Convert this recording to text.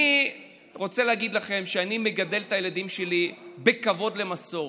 אני רוצה להגיד לכם שאני מגדל את הילדים שלי בכבוד למסורת.